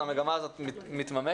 המגמה הזאת מתממשת,